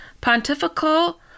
Pontifical